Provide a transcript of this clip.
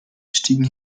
stiegen